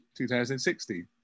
2016